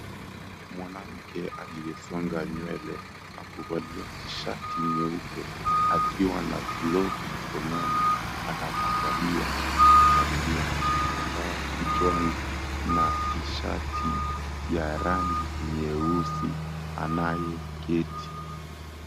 Mwanamke aliyesonga nywele na kuvalia T-shirt nyeupe akiwa na glovu mkononi, anamwangalia mwengine aliye na kitambaa kichwani na T-shirt ya rangi nyeusi anayeketi.